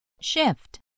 Shift